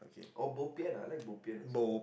oh bo pian ah I like bo pian also